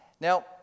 Now